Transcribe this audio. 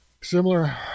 similar